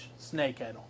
snakehead